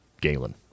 Galen